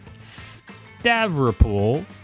Stavropol